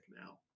now